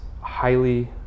highly